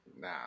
Nah